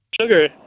Sugar